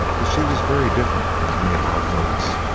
but she was very different from any of our folks,